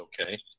okay